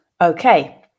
Okay